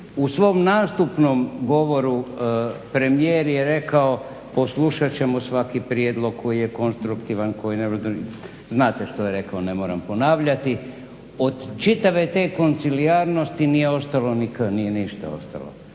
U svom nastupnom govoru premijer je rekao poslušat ćemo svaki prijedlog koji je konstruktivan, koji, znate što je rekao ne moram ponavljati. Od čitave te koncilijarnosti nije ostalo ni k, nije ništa ostalo,